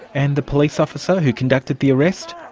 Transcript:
and the police officer who conducted the arrest?